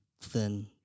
thin